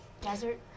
Desert